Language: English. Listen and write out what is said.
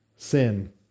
Sin